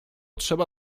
trzeba